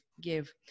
Give